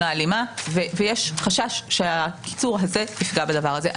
ההלימה ויש חשש שהקיצור הזה יפגע בדבר הזה.